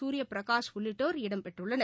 சூரிய பிரகாஷ் உள்ளிட்டோர் இடம்பெற்றுள்ளனர்